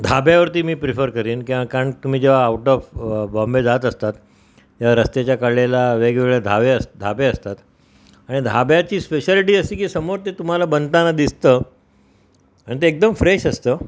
धाब्यावरती मी प्रिफर करीन किंवा काण तुम्ही जेव्हा आउट ऑफ बॉम्बे जात असतात तेव्हा रस्त्याच्या कडेला वेगवेगळे धावे अस धाबे असतात आणि धाब्याची स्पेशालिटी अशी की समोर ते तुम्हाला बनताना दिसतं आणि ते एकदम फ्रेश असतं